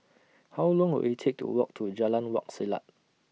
How Long Will IT Take to Walk to Jalan Wak Selat